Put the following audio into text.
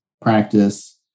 practice